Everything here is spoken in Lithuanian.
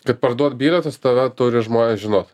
kad parduot bilietus tave turi žmonės žinot